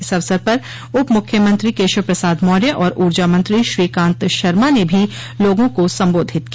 इस अवसर पर उपमुख्यमंत्री केशव प्रसाद मौर्य और ऊर्जा मंत्री श्रीकांत शर्मा ने भी लोगों को सम्बोधित किया